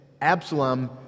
Absalom